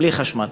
בלי חשמל.